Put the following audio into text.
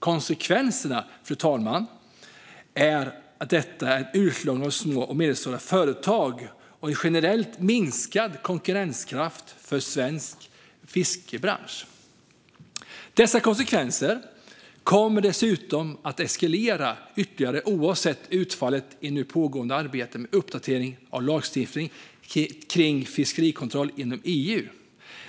Konsekvenserna, fru talman, är en utslagning av små och medelstora företag samt en generellt minskad konkurrenskraft för svensk fiskebransch. Dessa konsekvenser kommer dessutom att eskalera ytterligare, oavsett utfallet i det nu pågående arbetet med uppdatering av lagstiftningen kring fiskerikontroll inom EU.